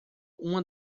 uma